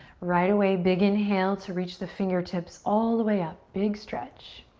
right away, big inhale to reach the fingertips all the way up, big stretch.